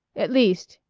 at least,